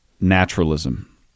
naturalism